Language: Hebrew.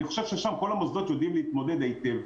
אני חושב שעם זה כל המוסדות יודעים להתמודד היטב.